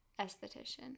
esthetician